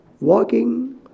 Walking